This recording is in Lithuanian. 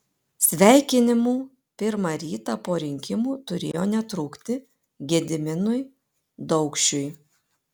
sveikinimų pirmą rytą po rinkimų turėjo netrūkti gediminui daukšiui